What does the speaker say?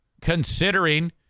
Considering